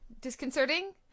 disconcerting